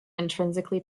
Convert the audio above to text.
intrinsically